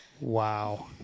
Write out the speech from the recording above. Wow